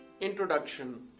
introduction